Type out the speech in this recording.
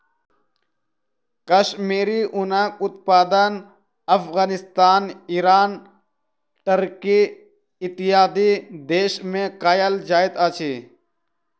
कश्मीरी ऊनक उत्पादन Afghanistan, Iran, Turkey, इत्यादि देश में कयल जाइत अछि